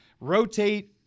rotate